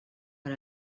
per